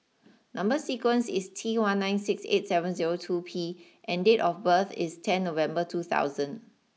number sequence is T one nine six eight seven zero two P and date of birth is ten November two thousand